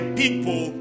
people